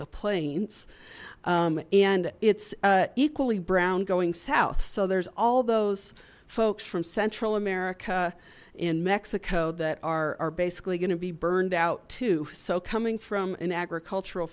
the plains and it's equally brown going south so there's all those folks from central america in mexico that are basically going to be burned out too so coming from an agricultural